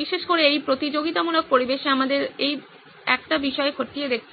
বিশেষ করে এই প্রতিযোগিতামূলক পরিবেশে আমাদের এই একটি বিষয় খতিয়ে দেখতে হবে